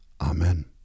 Amen